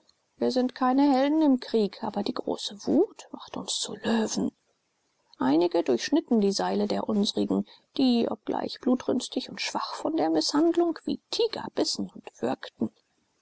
wir sind keine helden im krieg aber die große wut machte uns zu löwen einige durchschnitten die seile der unsren die obgleich blutrünstig und schwach von der mißhandlung wie tiger bissen und würgten